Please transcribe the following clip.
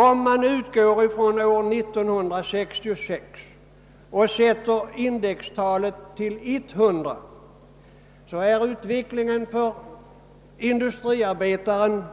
Om man utgår från 1966 och sätter indextalet till 100 är inkomstutvecklingen för industriarbetaren